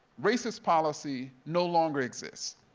racist policy no longer exists.